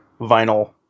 vinyl